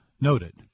Noted